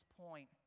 point